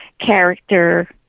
character